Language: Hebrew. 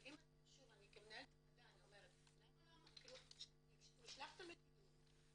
כמנהלת ועדה אני אומרת נשלחתן לדיון,